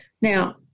Now